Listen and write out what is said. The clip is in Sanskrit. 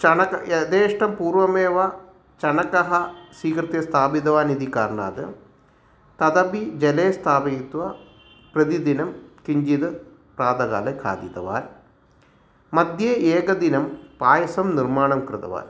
चणकं यथेष्टं पूर्वमेव चणकः स्वीकृत्य स्थापितवान् इति कारणात् तदपि जले स्थापयित्वा प्रतिदिनं किञ्चित् प्रातःकाले खादितवान् मध्ये एकदिनं पायसं निर्माणं कृतवान्